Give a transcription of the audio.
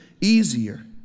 easier